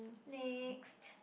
next